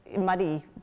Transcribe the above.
muddy